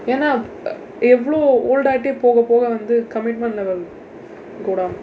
ஏனா எவ்வளவு:eennaa evvavlu old ஆயிட்டு போக போக வந்து:aayitdu pooka pooka vandthu commitment level go down